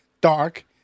dark